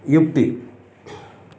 UP